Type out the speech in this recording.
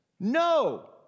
No